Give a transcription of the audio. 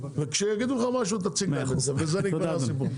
וכשיגידו לך משהו תציג ובזה נגמר הסיפור.